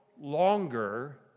longer